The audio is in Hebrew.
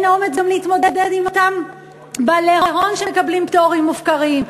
אין אומץ גם להתמודד עם אותם בעלי הון שמקבלים פטורים מופקרים,